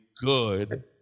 good